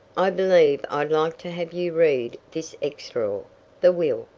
i believe i'd like to have you read this extraor the will,